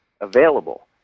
available